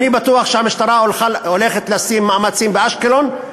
אני בטוח שהמשטרה הולכת לשים מאמצים באשקלון,